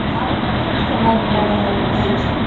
आब कतेक समय भऽ रहल अछि